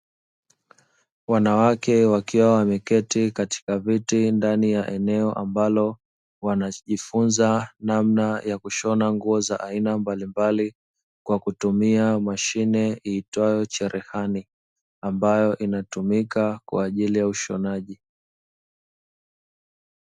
Wanawake wakiwa wameketi katika viti ndani ya eneo ambalo wanajifunza namna ya kushona nguo za aina mbalimbali, kwa kutumia mashine iitwayo cherehani ambayo inatumika kwa ajili ya ushonaji.